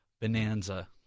bonanza